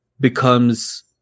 Becomes